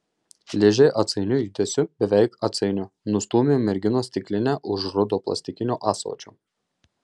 ližė atsainiu judesiu beveik atsainiu nustūmė merginos stiklinę už rudo plastikinio ąsočio